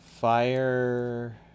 Fire